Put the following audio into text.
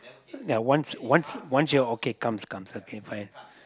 ya once once once you okay comes comes okay fine